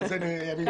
אבל זה ימים יגידו.